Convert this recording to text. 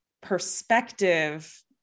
perspective